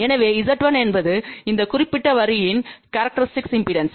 எனவே Z1என்பது இந்த குறிப்பிட்ட வரியின் கேரக்டரிஸ்டிக் இம்பெடன்ஸ்